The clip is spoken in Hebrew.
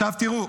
אלה